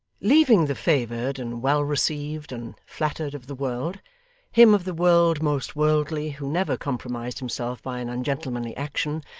leaving the favoured, and well-received, and flattered of the world him of the world most worldly, who never compromised himself by an ungentlemanly action,